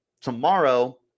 tomorrow